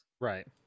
right